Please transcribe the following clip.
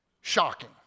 shocking